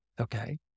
Okay